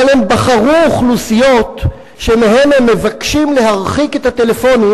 אבל הם בחרו אוכלוסיות שמהן הם מבקשים להרחיק את הטלפונים,